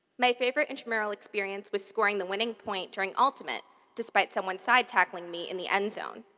my favorite intramural experience was scoring the winning point during ultimate despite some one side tackling me in the end zone.